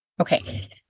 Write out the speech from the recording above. Okay